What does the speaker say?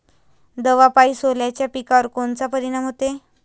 दवापायी सोल्याच्या पिकावर कोनचा परिनाम व्हते?